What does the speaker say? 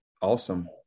awesome